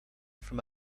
from